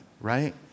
right